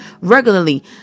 regularly